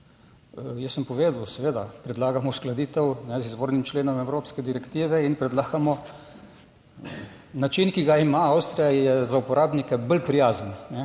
Jaz sem povedal, seveda predlagamo uskladitev z izvornim členom Evropske direktive in predlagamo način, ki ga ima Avstrija, je za uporabnike bolj prijazen.